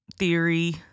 theory